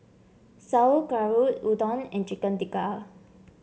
Sauerkraut Udon and Chicken Tikka